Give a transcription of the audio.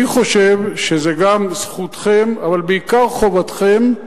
אני חושב שזו גם זכותכם, אבל בעיקר חובתכם,